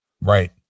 Right